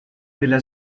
della